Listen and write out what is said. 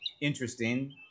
interesting